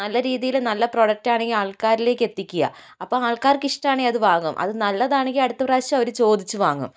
നല്ല രീതിയിൽ നല്ല പ്രോഡക്റ്റ് ആണെങ്കി ആൾക്കാരിലേക്ക് എത്തിക്കുക അപ്പോൾ ആൾക്കാർക്ക് ഇഷ്ടാണെങ്കി അത് വാങ്ങും അത് നല്ലതാണെങ്കിൽ അടുത്ത പ്രാവിശ്യം അവര് ചോദിച്ച് വാങ്ങും